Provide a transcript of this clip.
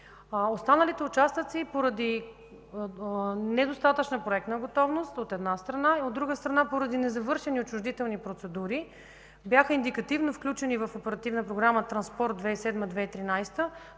Останалите участъци поради недостатъчна проектна готовност, от една страна, и, от друга страна, поради незавършени отчуждителни процедури бяха индикативно включени в Оперативна програма „Транспорт 2007 – 2013”,